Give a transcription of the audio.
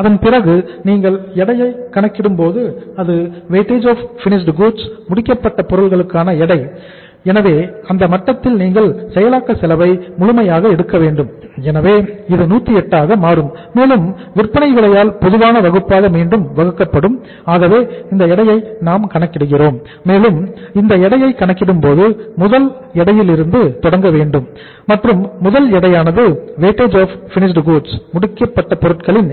அதன் பிறகு நீங்கள் எடையை கணக்கிடும்போது அது வெயிட்ஏஜ் ஆஃப் ஃபினிஸ்டு கூட்ஸ் அதாவது முடிக்கப்பட்ட பொருட்களுக்கான எடை